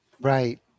Right